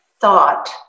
thought